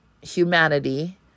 humanity